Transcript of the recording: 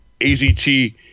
AZT